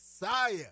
Messiah